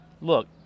look